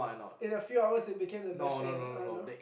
in a few hours it became the best thing I ever know